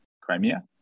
Crimea